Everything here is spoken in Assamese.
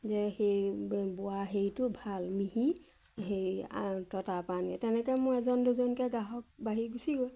যে সেই বোৱা হেৰিটো ভাল মিহি সেই তই তাৰপৰা আনিবি তেনেকৈ মোৰ এজন দুজনকৈ গ্ৰাহক বাঢ়ি গুচি গৈ